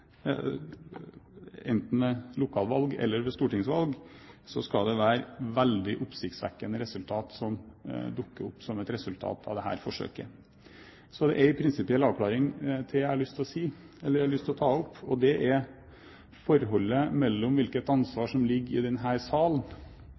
enten ved lokalvalg eller ved stortingsvalg, skal det være veldig oppsiktsvekkende resultat som dukker opp som en følge av dette forsøket. Så er det en prinsipiell avklaring jeg har lyst til å komme med. Det gjelder forholdet mellom hvilket ansvar som ligger i denne salen, og som er vårt, og hvilket ansvar